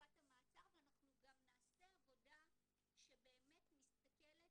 לחלופת המעצר ואנחנו גם נעשה עבודה שבאמת מסתכלת